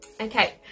okay